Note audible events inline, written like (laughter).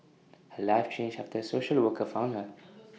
her life changed after A social worker found her (noise)